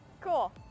Cool